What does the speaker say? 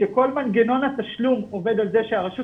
כשכל מנגנון התשלום עובד על זה שהרשות